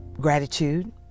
gratitude